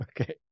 okay